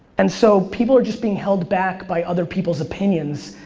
and so, people are just being held back by other people's opinions,